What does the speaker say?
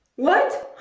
what?